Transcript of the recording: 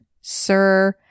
Sir